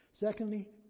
Secondly